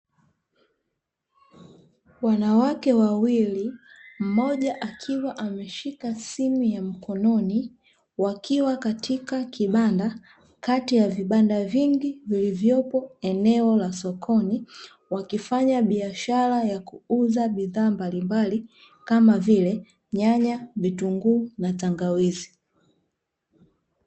Wanawake wawili mmoja akiwa ameshika simu ya mkononi wakiwa katika kibanda kati ya vibanda vingi vilivyopo eneo la sokoni wakifanya biashara ya kuuza bidhaa mbalimbali kama vile nyanya, vitunguu na tangawizi.